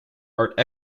art